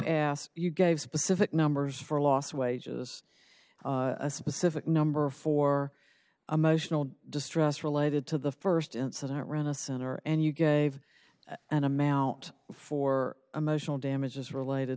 asked you gave specific numbers for lost wages a specific number for a motional distress related to the first incident run a center and you gave an amount for emotional damages related